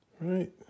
Right